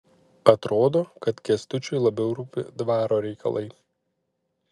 atrodo kad kęstučiui labiau rūpi dvaro reikalai